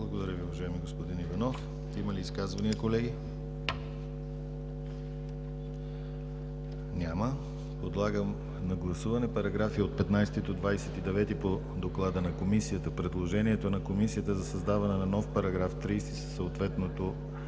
Благодаря Ви, уважаеми господин Иванов. Има ли изказвания, колеги? Няма. Подлагам на гласуване параграфи от 15 до 29 по доклада на Комисията, предложението на Комисията за създаване на нов § 30 със съответното